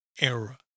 era